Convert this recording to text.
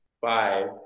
five